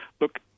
look